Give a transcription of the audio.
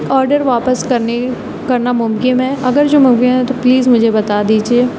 order واپس کرنے کرنا ممکم ہے اگر جو ممکن ہے تو پلیز مجھے بتا دیجیے